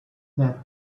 that